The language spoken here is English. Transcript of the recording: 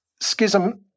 schism